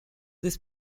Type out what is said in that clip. this